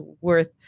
worth